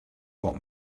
what